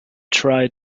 try